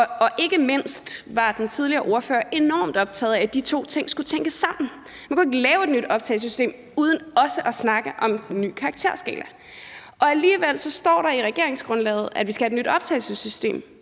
og ikke mindst var den tidligere ordfører enormt optaget af, at de to ting skulle tænkes sammen; man kunne ikke lave et nyt optagelsessystem uden også at snakke om en ny karakterskala. Alligevel står der i regeringsgrundlaget, at vi skal have et nyt optagelsessystem,